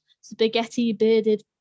spaghetti-bearded